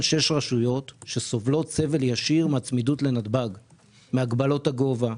6 רשויות שסובלות סבל ישיר מהצמידות לנתב"ג - מהגבלות הגובה,